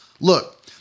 Look